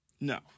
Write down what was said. No